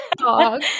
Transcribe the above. dog